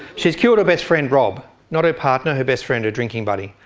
she has killed her best friend rob, not her partner, her best friend, her drinking buddy.